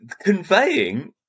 conveying